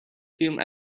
film